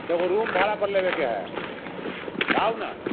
एगो रूम भाड़ा पर लेबे के है आउ ना